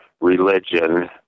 religion